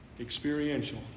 Experiential